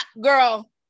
girl